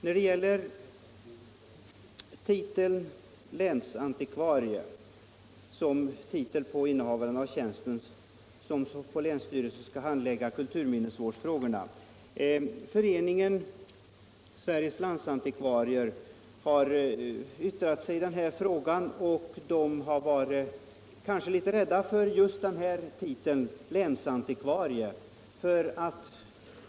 När det gäller titeln för den tjänsteman som på länsstyrelsen skall handlägga kulturminnesvårdsfrågorna har Föreningen för Sveriges landsantikvarier yttrat sig i denna fråga och varit rädd för titeln länsantikvarie.